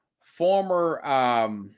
former